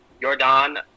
Jordan